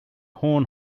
horn